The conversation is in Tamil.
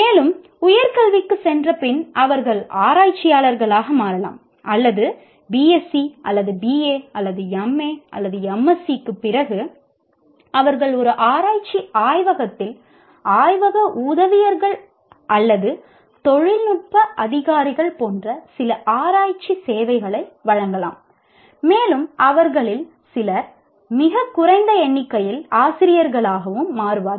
மேலும் உயர்கல்விக்குச் சென்றபின் அவர்கள் ஆராய்ச்சியாளர்களாக மாறலாம் அல்லது பிஎஸ்சி பிறகு அவர்கள் ஒரு ஆராய்ச்சி ஆய்வகத்தில் ஆய்வக உதவியாளர்கள் அல்லது தொழில்நுட்ப அதிகாரிகள் போன்ற சில ஆராய்ச்சி சேவைகளை வழங்கலாம் மேலும் அவர்களில் சிலர் மிகக் குறைந்த எண்ணிக்கையில் ஆசிரியர்களாகவும் மாறுவார்கள்